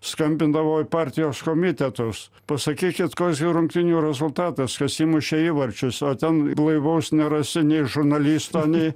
skambindavau į partijos komitetus pasakykit koks gi rungtynių rezultatas kas įmušė įvarčius o ten blaivaus nerasi nei žurnalisto nei